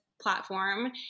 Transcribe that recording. platform